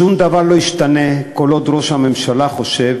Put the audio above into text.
שום דבר לא ישתנה כל עוד ראש הממשלה חושב